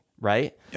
right